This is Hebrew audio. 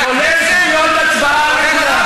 כולל הצבעה לכנסת?